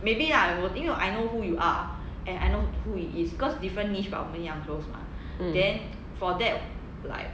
mm